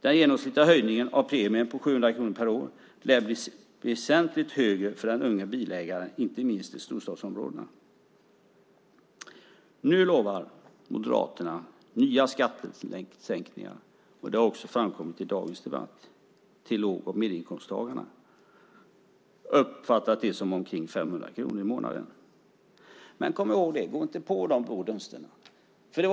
Den genomsnittliga höjningen av premien är på 700 kronor per år, men den är väsentligt högre för den unge bilägaren, inte minst i storstadsområdena. Moderaterna lovar nu nya skattesänkningar till låg och medelinkomsttagarna. Det har också framkommit i dagens debatt. Jag har uppfattat det som att det blir ungefär 500 kronor i månaden. Men låt er inte luras av de blå dunsterna, kom ihåg det!